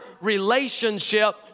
relationship